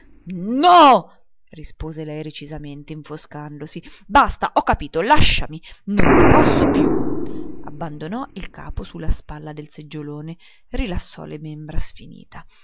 no rispose lei recisamente infoscandosi basta ho capito lasciami non ne posso più abbandonò il capo su la spalliera del seggiolone rilassò le membra sfinita